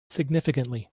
significantly